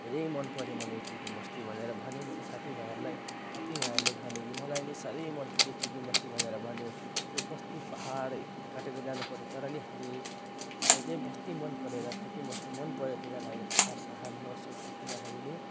धेरै मन पर्यो मलाई यो चुइकिम बस्ती भनेर भनेँ मैले साथी भाइहरूलाई साथी भाइहरूले भने कि मलाई नि साह्रै मन पर्यो चुइकिम बस्ती भनेर भन्यो यो बस्ती पहाडै काटेर जानु पर्यो तर नि हामीलाई चाहिँ बस्ती मन परेर चुइकिम बस्ती मन पर्यो त्यही कारणले हामी पहाड सहाड नसोचीकन हामीले